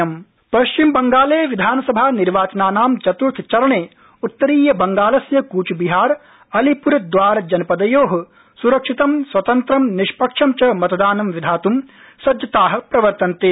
पश्चिम बंगाल निर्वाचनम् पश्चिम बंगाले विधानसभा निर्वाचनानां चतुर्थ चरणे उत्तरीय बंगालस्य कृच बिहार अलीपुरद्वार जनपदयो सुरक्षितं स्वतन्त्रं निष्पक्षं च मतदानं विधातूं सज्जता प्रवर्तन्ते